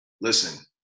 listen